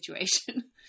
situation